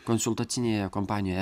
konsultacinėje kompanijoje